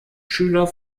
schüler